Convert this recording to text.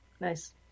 Nice